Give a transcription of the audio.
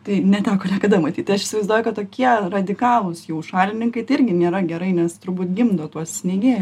tai neteko niekada matyt aš įsivaizduoju kad tokie radikalūs jų šalininkai tai irgi nėra gerai nes turbūt gimdo tuos neigėjus